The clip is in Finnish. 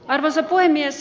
arvoisa puhemies